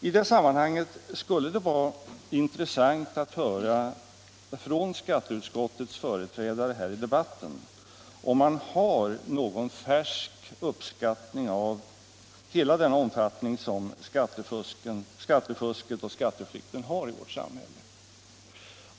I det sammanhanget vore det intressant att från skatteutskottets företrädare här i debatten få höra om det finns någon färsk uppskattning av skattefuskets och skatteflyktens omfattning i vårt samhälle.